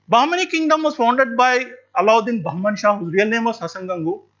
bahmani kingdom was founded by aladdin bahman shah whose real name was hasan gangu.